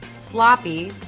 sloppy,